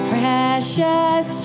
Precious